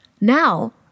Now